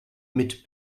mit